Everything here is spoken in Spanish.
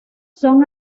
son